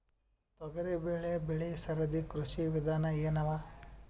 ತೊಗರಿಬೇಳೆ ಬೆಳಿ ಸರದಿ ಕೃಷಿ ವಿಧಾನ ಎನವ?